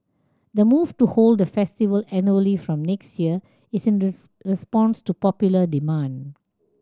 the move to hold the festival annually from next year is in response to popular demand